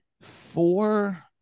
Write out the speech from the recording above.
four